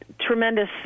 tremendous